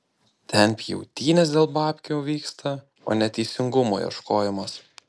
ten pjautynės dėl babkių vyksta o ne teisingumo ieškojimas